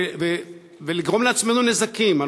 ולגרום לעצמנו נזקים,